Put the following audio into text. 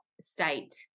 state